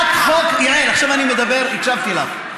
יעל, עכשיו אני מדבר, הקשבתי לך.